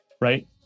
right